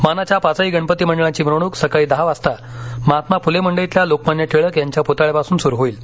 मानाच्या पाचही गणपती मंडळांची मिरवणूक सकाळी दहा वाजता महात्मा फुले मंडईतल्या लोकमान्य टिळक यांच्या पुतळ्यापासून सुरू होईल